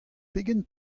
pegen